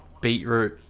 beetroot